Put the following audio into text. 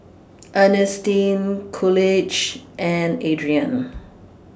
Earnestine Coolidge and Adrain